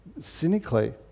cynically